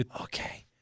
okay